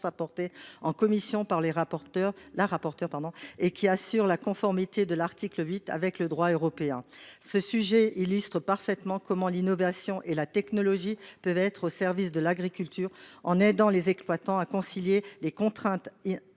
rapporteure en commission en vue d'en assurer la conformité avec le droit européen. Ce sujet illustre parfaitement la manière dont l'innovation et la technologie peuvent être au service de l'agriculture, en aidant les exploitants à concilier les contraintes